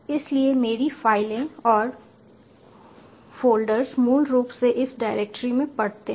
इसलिए मेरी फाइलें और फ़ोल्डर्स मूल रूप से इस डायरेक्टरी में पढ़ते हैं